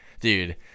dude